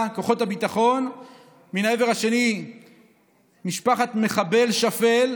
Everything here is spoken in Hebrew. וכוחות הביטחון ומן העבר השני משפחת מחבל שפל,